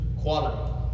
quality